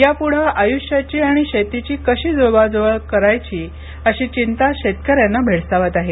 यापुढं आयुष्याची आणि शेतीची कशी जुळवाजुळव करायाची अशी चिंता शेतकऱ्यांना भेडसावत आहे